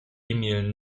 emil